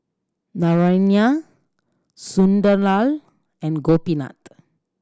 Naraina Sunderlal and Gopinath